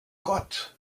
gott